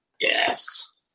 Yes